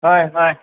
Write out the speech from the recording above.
ꯍꯣꯏ ꯍꯣꯏ